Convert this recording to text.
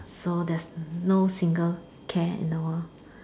so there's no single care and no